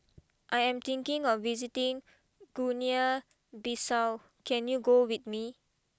I am thinking of visiting Guinea Bissau can you go with me